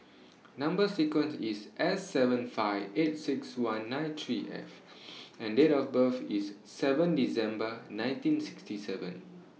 Number sequence IS S seven five eight six one nine three F and Date of birth IS seven December nineteen sixty seven